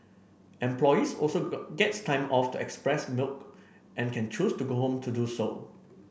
employees also get time off to express milk and can choose to go home to do so